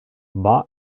war